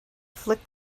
flick